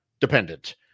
dependent